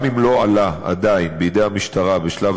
גם אם לא עלה עדיין בידי המשטרה בשלב